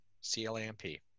C-L-A-M-P